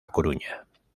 coruña